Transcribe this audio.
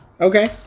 okay